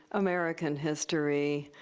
american history,